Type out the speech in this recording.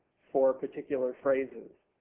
for particular phrases.